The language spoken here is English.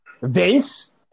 Vince